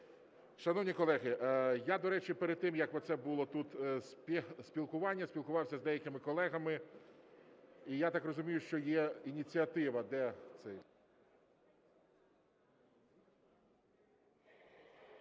Шановні колеги, я, до речі, перед тим, як оце було тут спілкування, спілкувався з деякими колегами, і я так розумію, що є ініціатива… Добре.